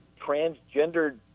transgendered